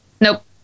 Nope